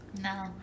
No